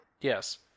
Yes